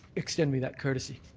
extend me that courtesy.